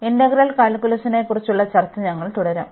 integral കാൽക്കുലസിനെക്കുറിച്ചുള്ള ചർച്ച ഞങ്ങൾ തുടരും